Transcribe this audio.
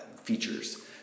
features